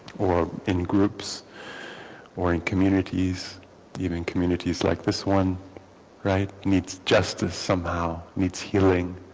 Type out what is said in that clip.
or in groups or in communities giving communities like this one right needs justice somehow needs healing